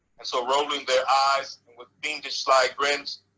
and so rolling their eyes with fiendish sly grins,